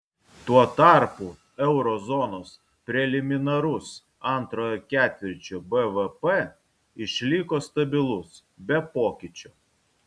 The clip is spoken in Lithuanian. tuo tarpu euro zonos preliminarus antrojo ketvirčio bvp išliko stabilus be pokyčio